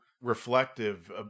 reflective